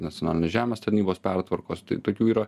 nacionalinės žemės tarnybos pertvarkos tai tokių yra